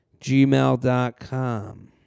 gmail.com